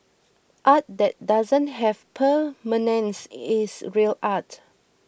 art that doesn't have permanence is real art